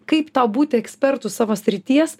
kaip tau būti ekspertu savo srities